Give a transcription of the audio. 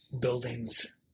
buildings